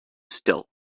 still